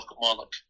monarch